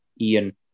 Ian